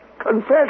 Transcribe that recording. confess